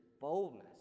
boldness